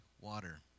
water